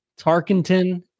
Tarkenton